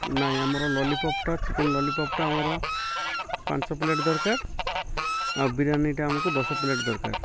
ନାଇଁ ଆମର ଲଲିପପ୍ଟା ଚିକେନ୍ ଲଲିପପ୍ଟା ଆମର ପାଞ୍ଚ ପ୍ଲେଟ୍ ଦରକାର ଆଉ ବିରିୟାନିଟା ଆମକୁ ଦଶ ପ୍ଲେଟ୍ ଦରକାର